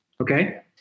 okay